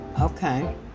okay